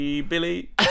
Billy